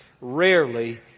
rarely